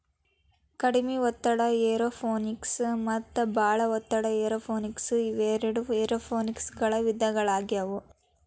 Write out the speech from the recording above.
ಕಡಿಮೆ ಒತ್ತಡ ಏರೋಪೋನಿಕ್ಸ ಮತ್ತ ಬಾಳ ಒತ್ತಡ ಏರೋಪೋನಿಕ್ಸ ಇವು ಎರಡು ಏರೋಪೋನಿಕ್ಸನ ವಿಧಗಳಾಗ್ಯವು